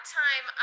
time